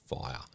fire